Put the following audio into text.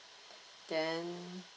then